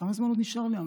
כמה זמן עוד נשאר לי?